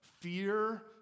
fear